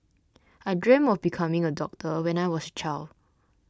I dreamt of becoming a doctor when I was a child